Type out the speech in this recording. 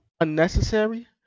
unnecessary